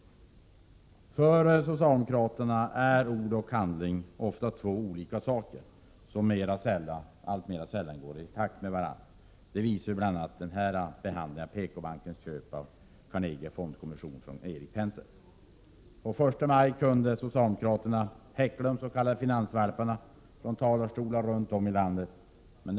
För socialdemokraterna är ord och handling ofta två olika saker, som alltmera sällan går i takt med varann. Detta visar bl.a. PKbankens köp av Carnegie Fondkommission från Erik Penser. Den 1 maj kunde socialdemokraterna från talarstolar runt om i landet häckla de s.k. finansvalparna.